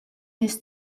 nies